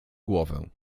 głowę